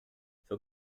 für